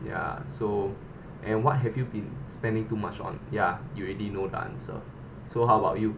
ya so and what have you been spending too much on ya you already know the answer so how about you